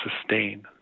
sustain